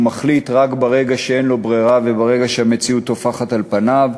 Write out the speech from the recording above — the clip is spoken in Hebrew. הוא מחליט רק ברגע שאין לו ברירה וברגע שהמציאות טופחת על פניו.